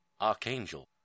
Archangel